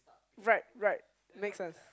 right right make sense